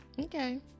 Okay